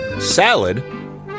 salad